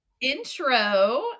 Intro